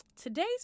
today's